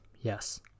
yes